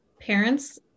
parents